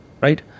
right